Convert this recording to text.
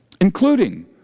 including